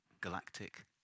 galactic